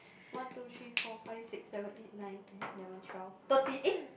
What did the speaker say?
one two three four five six seven eight nine ten eleven twelve thirteen eh